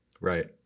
Right